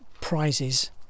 prizes